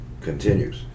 continues